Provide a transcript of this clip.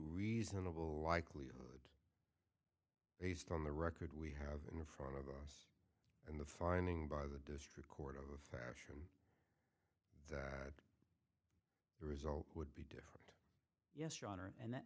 reasonable likelihood based on the record we have in front of us and the finding by the district of fashion the result would be different yes your honor and that